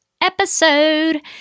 episode